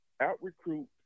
out-recruit